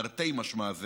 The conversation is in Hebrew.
תרתי משמע,